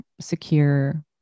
secure